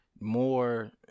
more